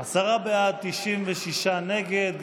בעד, 96 נגד.